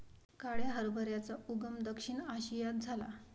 काळ्या हरभऱ्याचा उगम दक्षिण आशियात झाला